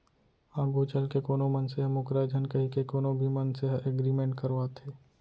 आघू चलके कोनो मनसे ह मूकरय झन कहिके कोनो भी मनसे ह एग्रीमेंट करवाथे